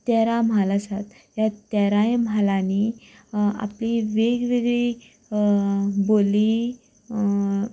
तेरा म्हाल आसात ह्या तेराय म्हालांनी आपली वेगवेगळी बोली